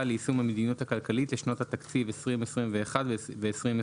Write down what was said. ליישום המדיניות הכלכלית לשנות התקציב 2021 ו-2022),